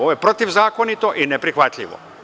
Ovo je protivzakonito i neprihvatljivo.